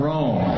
Rome